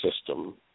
system